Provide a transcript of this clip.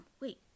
wait